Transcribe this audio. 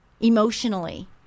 emotionally